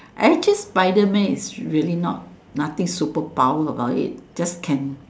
actually Spiderman is really not~ nothing superpower about it just can